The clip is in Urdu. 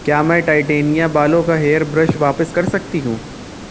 کیا میں ٹائٹینیا بالوں کا ہیئر برش واپس کر سکتی ہوں